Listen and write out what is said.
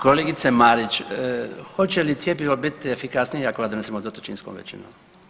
Kolegice Marić, hoće li cjepivo biti efikasnije ako ga doneseno dvotrećinskom većinom?